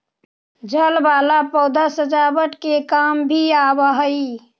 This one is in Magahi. जल वाला पौधा सजावट के काम भी आवऽ हई